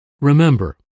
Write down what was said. Remember